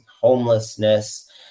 homelessness